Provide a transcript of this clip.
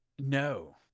No